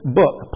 book